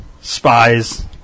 spies